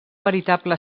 veritable